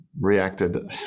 reacted